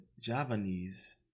Javanese